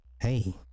Hey